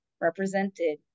represented